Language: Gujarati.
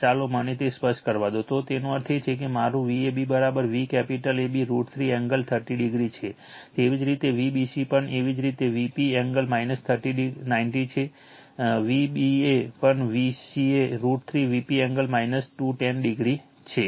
તો ચાલો મને તે સ્પષ્ટ કરવા દો તો તેનો અર્થ એ છે કે મારું Vab V capital AB √ 3 angle 30o છે તેવી જ રીતે Vbc પણ તેવી જ રીતે Vp એંગલ 90o છે Vca પણ Vca √ 3 Vp એંગલ 210o છે